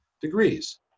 degrees